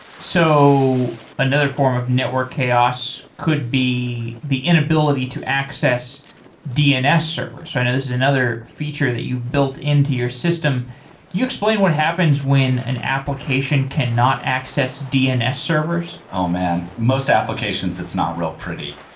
so another form of network chaos could be the inability to access dns servers. i know this is another feature that you've built into your system. can you explain what happens when an application cannot access dns servers? oh, man! most applications, it's not real pretty.